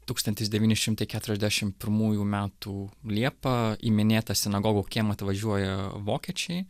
tūkstantis devyni šimtai keturiasdešim pirmųjų metų liepą į minėtą sinagogų kiemą atvažiuoja vokiečiai